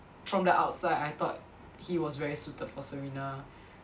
from the outside I thought he was very suited for Serena